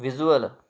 visual